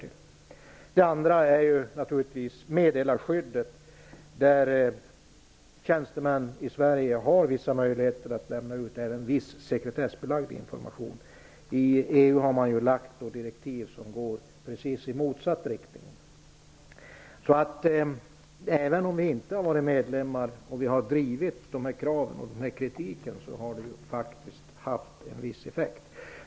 När det gäller meddelarskydet vill jag framhålla att tjänstemän i Sverige har vissa möjligheter att lämna ut även viss sekretessbelagd information. EU:s direktiv går i precis motsatt riktning. Även om vi inte är medlemmar har vi drivit denna kritik och dessa krav, och det har faktiskt haft en viss effekt.